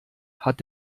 hat